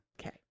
Okay